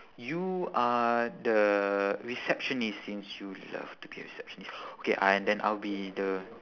you are the receptionist since you love to be a receptionist okay and then I'll be the